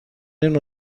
این